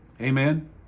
Amen